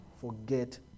forget